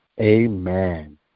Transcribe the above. Amen